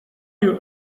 you